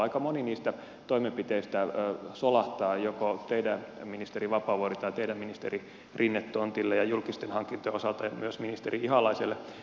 aika moni niistä toimenpiteistä solahtaa joko teidän ministeri vapaavuori tai teidän ministeri rinne tontille ja julkisten hankintojen osalta myös ministeri ihalaiselle